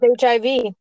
HIV